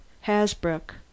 Hasbrook